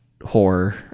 horror